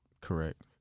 Correct